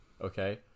Okay